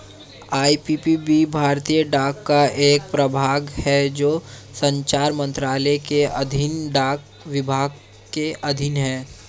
IPPB भारतीय डाक का एक प्रभाग है जो संचार मंत्रालय के अधीन डाक विभाग के अधीन है